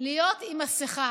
להיות עם מסכה.